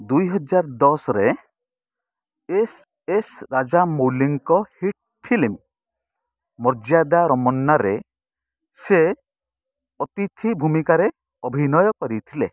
ଦୁଇହଜାର ଦଶରେ S S ରାଜାମୌଲୀଙ୍କ ହିଟ୍ ଫିଲ୍ମ୍ ମର୍ଯ୍ୟାଦା ରମନ୍ନାରେ ସେ ଅତିଥି ଭୂମିକାରେ ଅଭିନୟ କରିଥିଲେ